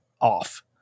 off